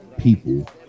People